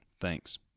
Thanks